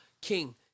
King